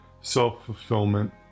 self-fulfillment